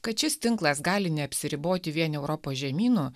kad šis tinklas gali neapsiriboti vien europos žemynu